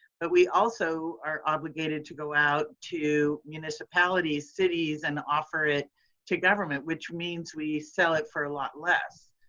but we also are obligated to go out to municipalities, cities and offer it to government, which means we sell it for a lot less.